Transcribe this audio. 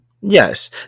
Yes